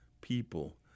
people